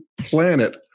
planet